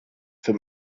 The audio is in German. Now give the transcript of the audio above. für